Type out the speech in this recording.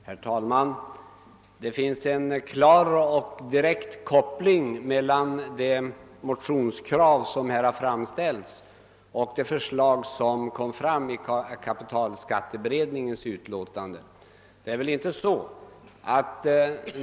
Herr talman! Det finns en klar och direkt koppling mellan det motionskrav som här framställs och förslaget i kapitalskatteberedningens betänkande.